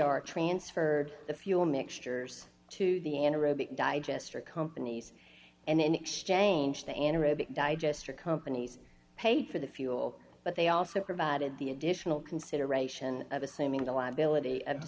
r transferred the fuel mixtures to the anaerobic digester companies and in exchange the anaerobic digester companies paid for the fuel but they also provided the additional consideration of assuming the liability